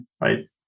right